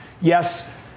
Yes